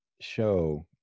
show